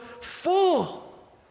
full